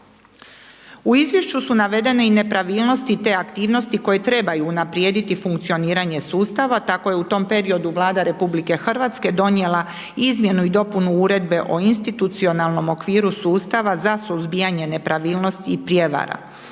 U izvješću su navedene i nepravilnosti te aktivnosti koje trebaju unaprijediti funkcioniranje sustava, tako je u tom periodu Vlada RH donijela izmjenu i dopunu Uredbe o institucionalnom okviru sustava za suzbijanje nepravilnosti i prijevara.